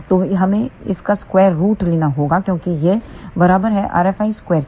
तो हमें इसका स्क्वायर रूट लेना होगा क्योंकि यह बराबर है rFi स्क्वेयर के